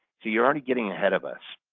see, you're already getting ahead of us,